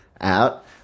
out